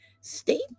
state